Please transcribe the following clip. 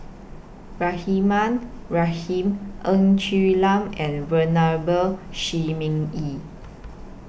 Rahimah Rahim Ng Quee Lam and Venerable Shi Ming Yi